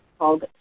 Called